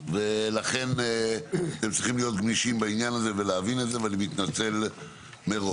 ולכן אתם צריכים להיות גמישים בעניין הזה ולהבין את זה ואני מתנצל מראש.